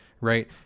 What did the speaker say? right